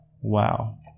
wow